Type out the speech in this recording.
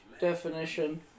definition